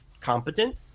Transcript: competent